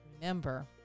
remember